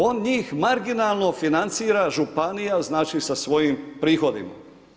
On njih marginalno financira županija, znači sa svojim prihodima.